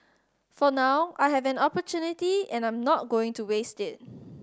for now I have an opportunity and I'm not going to waste it